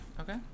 okay